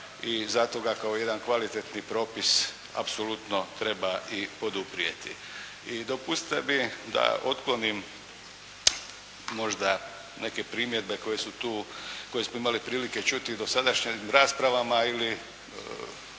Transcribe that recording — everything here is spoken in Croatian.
i zato ga kao jedan kvalitetni propis apsolutno treba i poduprijeti. I dopustite mi da otklonim možda neke primjedbe koje smo imali prilike čuti u dosadašnjim raspravama ili